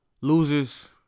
Losers